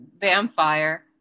Vampire